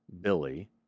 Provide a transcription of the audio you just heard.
Billy